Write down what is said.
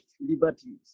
liberties